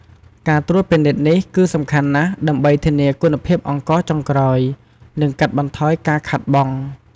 ការត្រួតពិនិត្យនេះគឺសំខាន់ណាស់ដើម្បីធានាគុណភាពអង្ករចុងក្រោយ និងកាត់បន្ថយការខាតបង់។